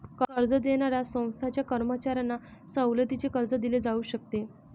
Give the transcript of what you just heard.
कर्ज देणाऱ्या संस्थांच्या कर्मचाऱ्यांना सवलतीचे कर्ज दिले जाऊ शकते